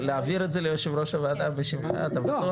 להעביר את זה ליושב ראש הוועדה בשמך, אתה בטוח?